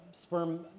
sperm